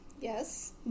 Yes